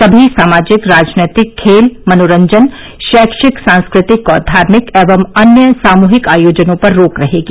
सभी सामाजिक राजनैतिक खेल मनोरंजन शैक्षिक सांस्कृतिक और धार्मिक एवं अन्य सामूहिक आयोजनों पर रोक रहेगी